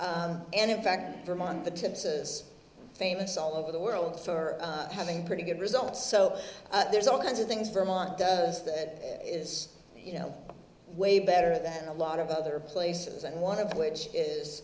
and in fact vermont the tips is famous all over the world for having pretty good results so there's all kinds of things vermont does that is you know way better than a lot of other places and one of which is